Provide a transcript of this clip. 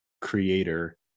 creator